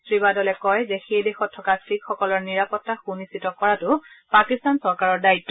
শ্ৰীবাদলে কয় যে সেই দেশত থকা শিখসকলৰ নিৰাপত্তা সুনিশ্চিত কৰাটো পাকিস্তান চৰকাৰৰ দায়িত্